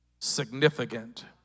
significant